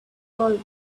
called